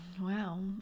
Wow